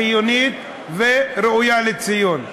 חיונית וראויה לציון.